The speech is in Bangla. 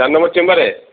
চার নম্বর চেম্বারে